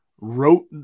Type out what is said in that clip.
wrote